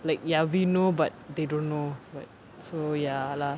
like ya we know but they don't know but so ya lah